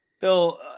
Bill